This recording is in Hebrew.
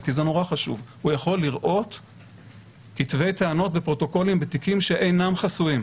כי זה נורא חשוב כתבי טענות ופרוטוקולים בתיקים שאינם חסויים,